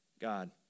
God